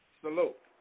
Salute